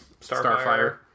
starfire